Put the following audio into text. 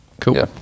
cool